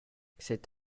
cet